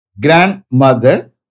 grandmother